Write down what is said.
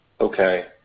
Okay